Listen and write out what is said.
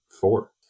four